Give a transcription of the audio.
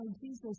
Jesus